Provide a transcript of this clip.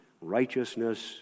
righteousness